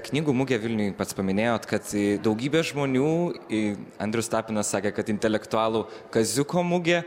knygų mugę vilniuj pats paminėjot kad daugybė žmonių į andrius tapinas sakė kad intelektualų kaziuko mugė